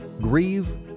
Grieve